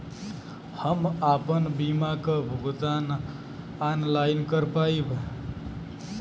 हम आपन बीमा क भुगतान ऑनलाइन कर पाईब?